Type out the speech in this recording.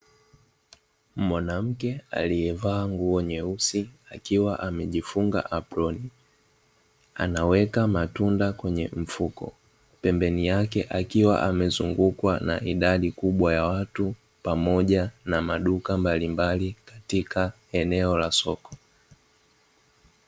Mwanamke aliyevaa nguo nyeusi akiwa amejifunga aproni anaweka matunda kwenye mfuko, pembeni yake akiwa amezungukwa na idadi kubwa ya watu pamoja na maduka mbalimbali katika eneo la soko.